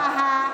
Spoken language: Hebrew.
מגזימה.